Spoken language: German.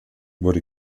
wurde